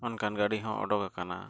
ᱚᱱᱠᱟᱱ ᱜᱟᱹᱰᱤ ᱦᱚᱸ ᱩᱰᱩᱠ ᱟᱠᱟᱱᱟ